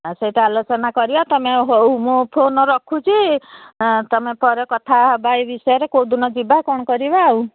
ଆ ସେଇଟା ଆଲୋଚନା କରିବା ତମେ ହଉ ମୁଁ ଫୋନ ରଖୁଚି ତମେ ପରେ କଥା ହବା ଏଇ ବିଷୟରେ କୋଉଦିନ ଯିବା କଣ କରିବା ଆଉ